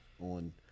on